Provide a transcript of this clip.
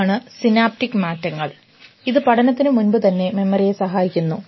ഇതാണ് സിനാപ്റ്റിക് മാറ്റങ്ങൾ ഇത് പഠനത്തിനു മുൻപ് തന്നെ മെമ്മറിയെ സഹായിക്കുന്നു